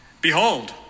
Behold